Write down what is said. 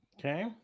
Okay